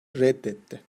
reddetti